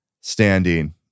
standing